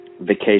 Vacation